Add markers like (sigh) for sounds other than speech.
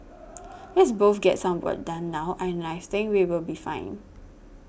(noise) let's both get some work done now and I think we will be fine